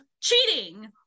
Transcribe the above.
cheating